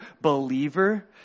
believer